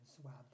swab